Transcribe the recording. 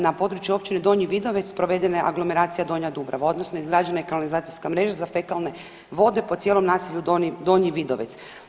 Na području općine Donji Vidovec provedena je aglomeracija Donja Dubrava odnosno izgrađena je kanalizacijska mreža za fekalne vode po cijelom naselju Donji Vidovec.